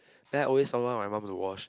then I always don't tell my mum to wash